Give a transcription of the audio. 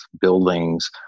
buildings